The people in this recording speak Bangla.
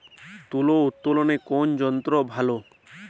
তুলা উত্তোলনে কোন যন্ত্র ভালো?